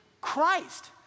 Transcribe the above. Christ